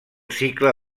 cicle